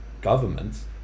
governments